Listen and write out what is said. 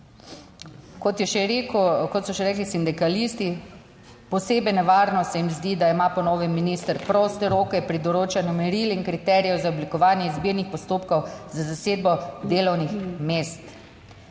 Kot so še rekli sindikalisti, posebej nevarno se jim zdi, da ima po novem minister proste roke pri določanju meril in kriterijev za oblikovanje izbirnih postopkov za zasedbo delovnih mest.